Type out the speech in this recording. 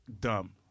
Dumb